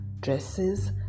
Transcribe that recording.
dresses